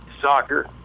Soccer